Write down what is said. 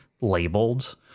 labeled